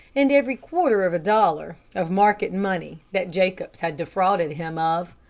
and every quarter of a dollar of market money that jacobs had defrauded him of.